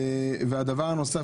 דבר נוסף,